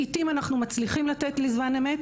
לעיתים אנחנו מצליחים לתת בזמן אמת